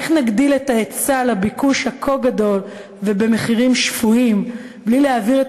איך נגדיל את ההיצע לביקוש הכה-גדול ובמחירים שפויים בלי להעביר את